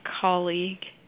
colleague